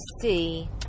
see